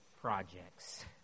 projects